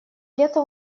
лета